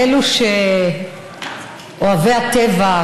אוהבי הטבע,